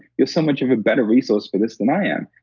you're so much of a better resource for this than i am.